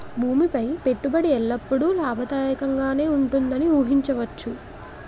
భూమి పై పెట్టుబడి ఎల్లప్పుడూ లాభదాయకంగానే ఉంటుందని ఊహించవచ్చు